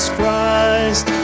Christ